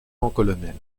col